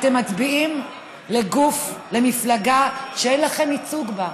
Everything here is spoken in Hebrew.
אתם מצביעים לגוף, למפלגה שאין לכם ייצוג בה.